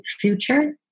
future